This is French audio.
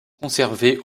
conservées